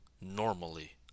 normally